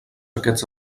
aquests